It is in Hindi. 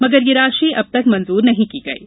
मगर यह राशि अब तक मंजूर नहीं की है